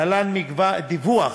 להלן דיווח